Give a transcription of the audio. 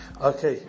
Okay